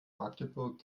magdeburg